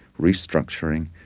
restructuring